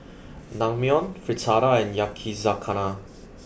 Naengmyeon Fritada and Yakizakana